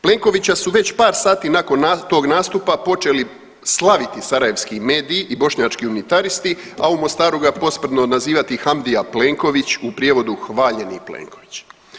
Plenkovića su već par sati nakon tog nastupa počeli slaviti sarajevski mediji i bošnjački unitaristi, a u Mostaru ga posprdno nazivati Hamdija Plenković, u prijevodu hvaljeni Plenković.